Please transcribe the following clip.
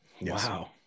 Wow